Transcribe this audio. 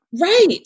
Right